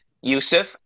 Yusuf